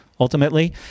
ultimately